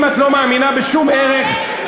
אם את לא מאמינה בשום ערך,